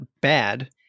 bad